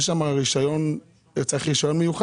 וצריך רישיון מיוחד.